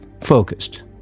focused